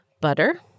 Butter